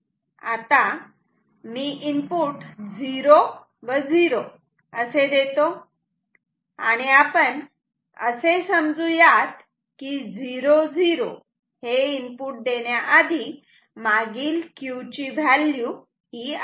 आता मी इनपुट 0 व 0 असे देतो आणि आपण असे समजू यात की 0 0 हे इनपुट देण्याआधी मागील Q ची व्हॅल्यू ही आहे